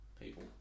people